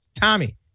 Tommy